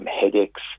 headaches